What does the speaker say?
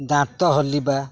ଦାନ୍ତ ହଲିବା